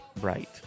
right